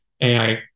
AI